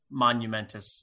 monumentous